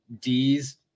D's